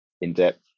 in-depth